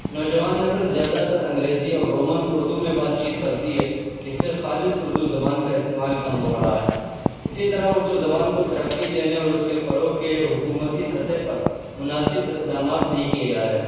نوجوان نسل زیادہ تر انگریزی اور رومن اردو میں بات چیت کرتی ہے جس سے خالص اردو زبان کا استعمال کم ہو رہا ہے اسی طرح اردو زبان کو ترقی دینے اور اس کے فروغ کے لیے حکومتی سطح پر مناسب اقدامات نہیں کیے جا رہے